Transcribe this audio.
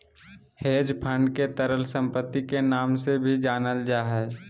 hedge fund के तरल सम्पत्ति के नाम से भी जानल जा हय